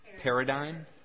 Paradigm